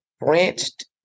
branched